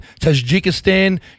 Tajikistan